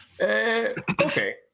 Okay